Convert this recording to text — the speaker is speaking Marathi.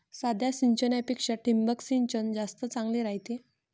साध्या सिंचनापेक्षा ठिबक सिंचन जास्त चांगले रायते